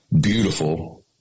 beautiful